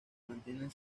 mantiene